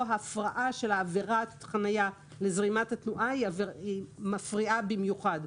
הפרעה של עבירת חניה לזרימת התנועה היא מפריעה במיוחד.